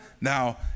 Now